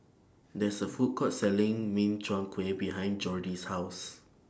There IS A Food Court Selling Min Chiang Kueh behind Jordy's House